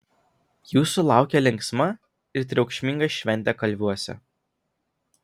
jūsų laukia linksma ir triukšminga šventė kalviuose